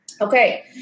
Okay